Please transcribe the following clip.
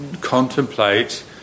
contemplate